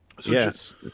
yes